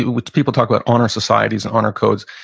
which people talk about honor societies and honor codes,